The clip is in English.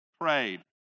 prayed